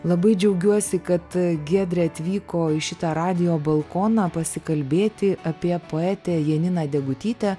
labai džiaugiuosi kad giedrė atvyko į šitą radijo balkoną pasikalbėti apie poetę janiną degutytę